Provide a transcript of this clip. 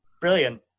Brilliant